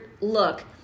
look